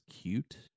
cute